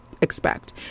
expect